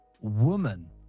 woman